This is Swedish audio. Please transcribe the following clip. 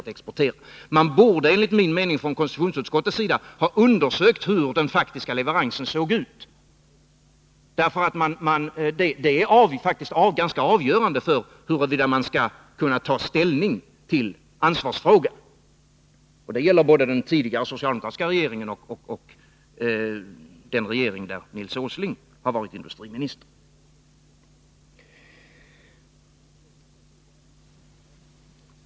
Konstitutionsutskottet borde enligt min mening ha undersökt hur den faktiska leveransen såg ut, eftersom detta är avgörande för huruvida man skall kunna ta ställning till ansvarsfrågan. Det gäller både den tidigare socialdemokratiska regeringen och den regering där Nils Åsling var industriminister.